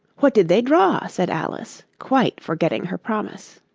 what did they draw said alice, quite forgetting her promise.